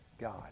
God